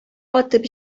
атып